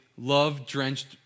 love-drenched